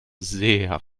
sehr